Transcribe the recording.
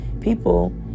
people